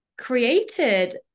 created